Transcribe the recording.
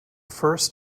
first